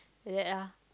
like that ah